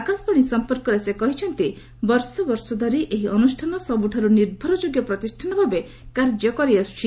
ଆକାଶବାଣୀ ସମ୍ପର୍କରେ ସେ କହିଛନ୍ତି ବର୍ଷ ବର୍ଷ ଧରି ଏହି ଅନୁଷ୍ଠାନ ସବୁଠାରୁ ନିର୍ଭରଯୋଗ୍ୟ ପ୍ରତିଷ୍ଠାନ ଭାବେ କାର୍ଯ୍ୟ କରିଆସୁଛି